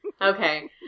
Okay